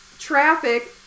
Traffic